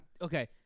Okay